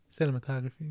cinematography